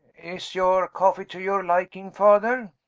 is your coffee to your liking, father?